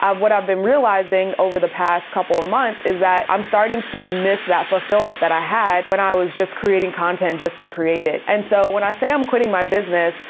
what i've been realizing over the past couple of months is that i'm starting to miss that fulfillment that i had when i was just creating content just to create it. and so, when i say i'm quitting my business,